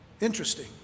interesting